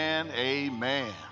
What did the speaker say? amen